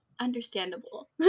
understandable